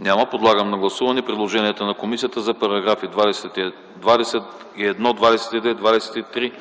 Няма. Подлагам на гласуване предложенията на комисията за параграфи 21, 22, 23,